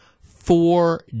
Four